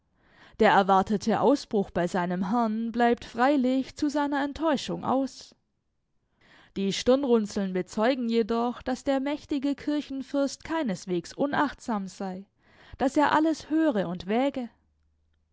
der erwartete ausbruch bei seinem herrn bleibt freilich zu seiner enttäuschung aus die stirnrunzeln bezeugen jedoch daß der mächtige kirchenfürst keineswegs unachtsam sei daß er alles höre und wäge